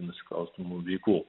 nusikalstamų veikų